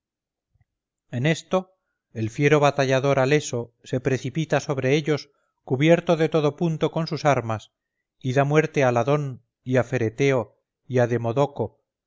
en esto el fiero batallador haleso se precipita sobre ellos cubierto de todo punto con sus armas y da muerte a ladón a fereteo y a